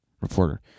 reporter